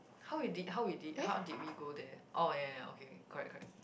how you did how did how did we go there orh ya ya okay correct correct